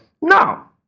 now